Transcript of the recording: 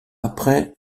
après